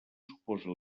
suposa